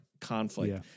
conflict